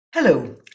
Hello